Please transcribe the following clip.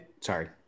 Sorry